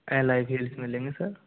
L I wheels मिलेंगे sir